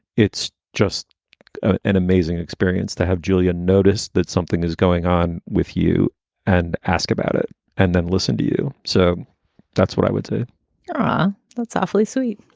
it's just an amazing experience to have julia noticed that something is going on with you and ask about it and then listen to you. so that's what i would say ah that's awfully sweet.